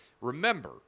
Remember